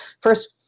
first